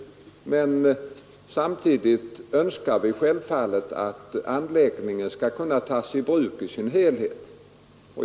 Men samtidigt önskar vi självfallet att anläggningen skall kunna tas i bruk i sin helhet.